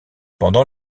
pendant